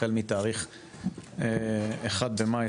החל מתאריך 1 במאי,